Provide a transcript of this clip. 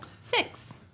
six